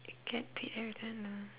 a cat paid ah